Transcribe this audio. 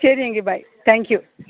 ശരി എങ്കിൽ bye thank you